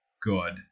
good